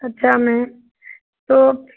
अच्छा मैम तो